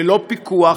ללא פיקוח,